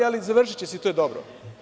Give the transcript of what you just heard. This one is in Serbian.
Ali, završiće se i to je dobro.